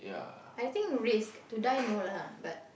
I think risk to die no lah but